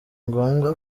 ngombwa